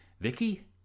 vicky